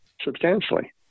substantially